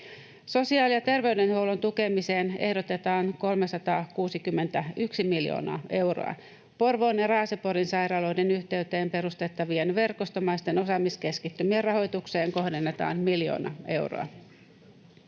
Sosiaali- ja terveydenhuollon tukemiseen ehdotetaan 361 miljoonaa euroa. Porvoon ja Raaseporin sairaaloiden yhteyteen perustettavien verkostomaisten osaamiskeskittymien rahoitukseen kohdennetaan miljoona euroa.